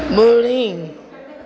बु॒ड़ी